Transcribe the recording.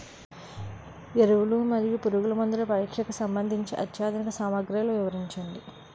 ఎరువులు మరియు పురుగుమందుల పరీక్షకు సంబంధించి అత్యాధునిక సామగ్రిలు వివరించండి?